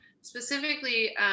specifically